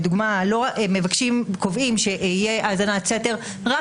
לדוגמה הם קובעים שתהיה האזנת סתר רק